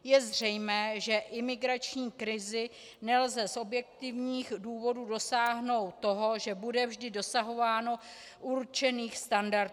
Je zřejmé, že imigrační krizí nelze z objektivních důvodů dosáhnout toho, že bude vždy dosahováno určených standardů.